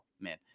man